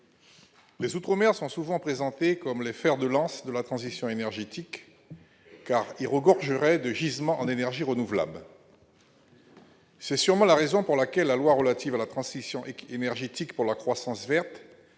les outre-mer sont souvent présentés comme les fers de lance de la transition énergétique, car ils regorgeraient de gisements en énergies renouvelables. C'est sûrement la raison pour laquelle la loi relative à la transition énergétique pour la croissance verte